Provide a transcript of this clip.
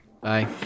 Bye